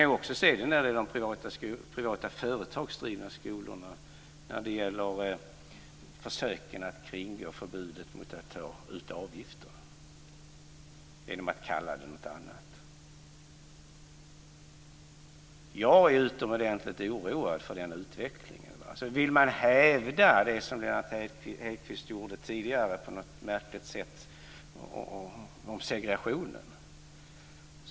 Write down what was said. Vi kan också se det i de privata företagsdrivna skolorna när det gäller försöken att kringgå förbudet mot att ta ut avgifter genom att kalla det något annat. Jag är utomordentligt oroad över den utvecklingen. Lennart Hedquist uttalade sig tidigare på ett något märkligt sätt om segregationen.